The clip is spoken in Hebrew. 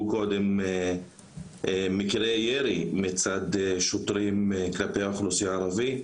קודם מקרה ירי מצד שוטרים כלפי האוכלוסייה הערבית.